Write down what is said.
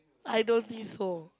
I don't think so